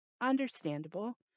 Understandable